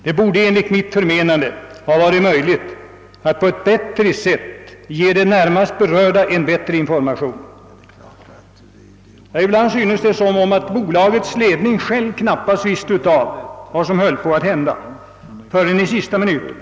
Det borde enligt mitt förmenande ha varit möjligt att på ett bättre sätt ge de närmast berörda en bättre information. Ibland föreföll det som om bolagets ledning själv knappast visste av vad som höll på att hända förrän i sista minuten.